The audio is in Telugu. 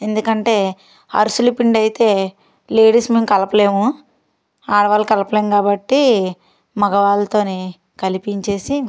ఎందుకంటే అరిసెల పిండి అయితే లేడీస్ మేం కలపలేము ఆడవాళ్ళు కలపలేం కాబట్టి మగవాళ్ళతో కలిపించి